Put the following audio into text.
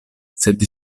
sed